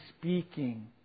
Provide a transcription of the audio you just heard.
speaking